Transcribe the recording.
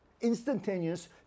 instantaneous